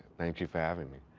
thank you for having me.